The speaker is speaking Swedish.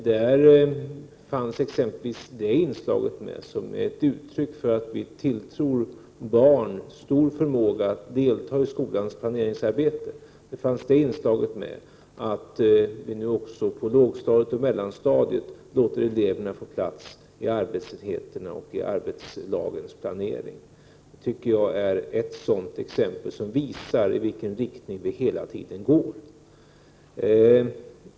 Där fanns exempelvis det inslaget med att vi tilltror barn stor förmåga att delta i skolans planeringsarbete liksom det inslaget att vi också på lågstadiet och mellanstadiet låter eleverna få plats i arbetsenheterna och delta i arbetslagens planering. Det tycker jag är exempel som visar i vilken riktning utvecklingen hela tiden går.